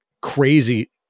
crazy